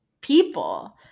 people